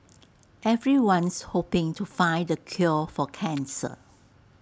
everyone's hoping to find the cure for cancer